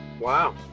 Wow